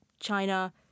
China